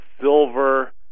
silver